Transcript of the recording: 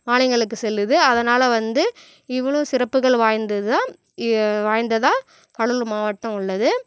ஆலயங்களுக்கு சொல்லுது அதனால் வந்து இவ்வளுவு சிறப்புகள் வாய்ந்தது தான் வாய்ந்ததாக கடலூர் மாவட்டம் உள்ளது